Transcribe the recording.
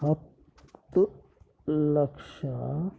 ಹತ್ತು ಲಕ್ಷ